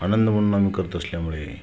आनंद म्हणून आम्ही करत असल्यामुळे